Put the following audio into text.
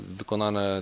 wykonane